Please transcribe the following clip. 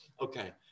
Okay